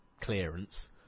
clearance